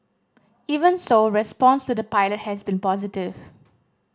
even so response to the pilot has been positive